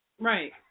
right